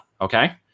okay